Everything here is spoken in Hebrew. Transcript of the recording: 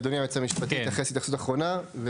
אדוני היועץ המשפטי יתייחס התייחסות אחרונה.